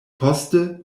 poste